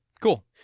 Cool